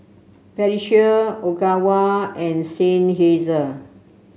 Pediasure Ogawa and Seinheiser